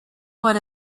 what